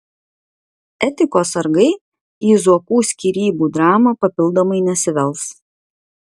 etikos sargai į zuokų skyrybų dramą papildomai nesivels